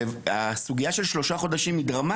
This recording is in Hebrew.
יש תקופת המתנה של שלושה חודשים.